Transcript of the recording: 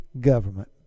government